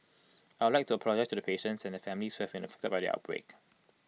I would like to apologise to the patients and their families who have been affected by the outbreak